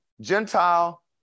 Gentile